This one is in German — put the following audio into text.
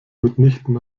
mitnichten